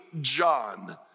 John